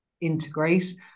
integrate